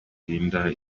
irinda